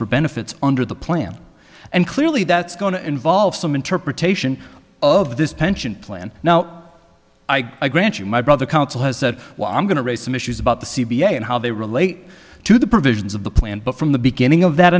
for benefits under the plan and clearly that's going to involve some interpretation of this pension plan now i grant you my brother counsel has said well i'm going to raise some issues about the c b a and how they relate to the provisions of the plan but from the beginning of that